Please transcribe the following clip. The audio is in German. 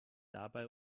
dabei